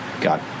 got